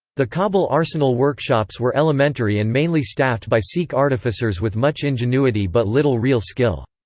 the kabul arsenal workshops were elementary and mainly staffed by sikh artificers with much ingenuity but little real skill.